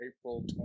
April